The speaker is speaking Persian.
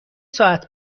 ساعت